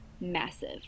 massive